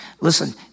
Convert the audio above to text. listen